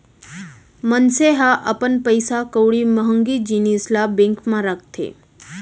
मनसे ह अपन पइसा कउड़ी महँगी जिनिस ल बेंक म राखथे